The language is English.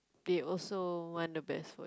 they also want the best for